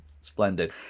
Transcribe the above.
Splendid